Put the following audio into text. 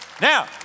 Now